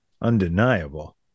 undeniable